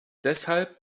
deshalb